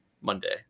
Monday